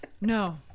No